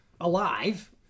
alive